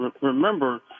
remember